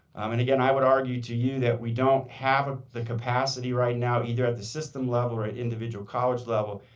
and again, i would argue to you that we don't have ah the capacity right now either at the system level or individual college level,